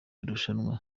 irushanwa